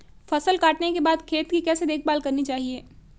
फसल काटने के बाद खेत की कैसे देखभाल करनी चाहिए?